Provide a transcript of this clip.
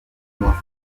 noir